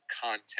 content